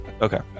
Okay